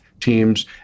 teams